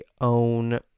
own